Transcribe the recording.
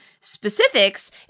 specifics